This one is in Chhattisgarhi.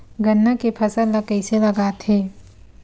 गन्ना के फसल ल कइसे लगाथे?